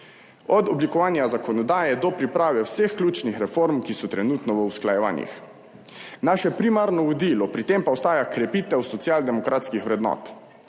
od oblikovanja zakonodaje do priprave vseh ključnih reform, ki so trenutno v usklajevanjih. Naše primarno vodilo pri tem pa ostaja krepitev social demokratskih vrednot.